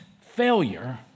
failure